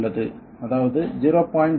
1 உள்ளது அதாவது 0